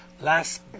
last